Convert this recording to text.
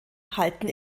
halten